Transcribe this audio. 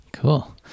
Cool